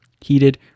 heated